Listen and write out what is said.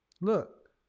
Look